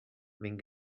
wenn